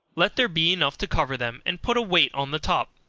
let there be enough to cover them, and put a weight on the top.